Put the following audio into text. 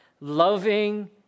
loving